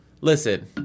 listen